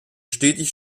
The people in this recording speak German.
stetig